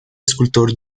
escultor